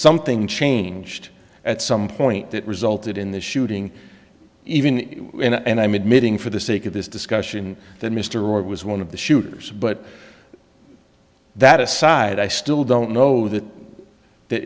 something changed at some point that resulted in the shooting even and i'm admitting for the sake of this discussion that mr ward was one of the shooters but that aside i still don't know that